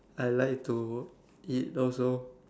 I like to eat also